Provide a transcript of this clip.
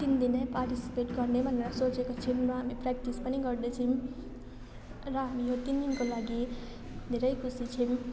तिन दिनै पार्टिसिपेट गर्ने भनेर सोचेको छौँ र हामी प्र्याक्टिस पनि गर्दैछौँ र हामीले तिन दिनको लागि धेरै खुसी छौँ